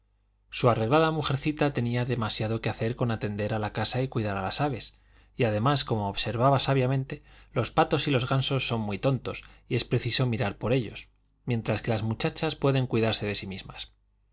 su arreglada mujercita tenía demasiado que hacer con atender a la casa y cuidar de las aves y además como observaba sabiamente los patos y los gansos son muy tontos y es preciso mirar por ellos mientras que las muchachas pueden cuidarse por sí mismas